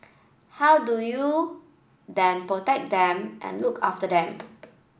how do you then protect them and look after them